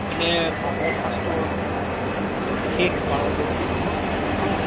মানে ভাগৱত শাস্ত্ৰৰ বিশেষ পাৰদৰ্শী মানুহ অঁ